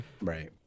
right